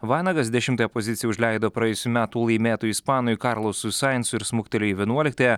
vanagas dešimtąją poziciją užleido praėjusių metų laimėtojui ispanui karlosui saintsui ir smuktelėjo į vienuoliktąją